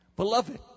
beloved